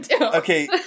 Okay